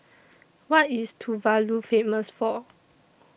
What IS Tuvalu Famous For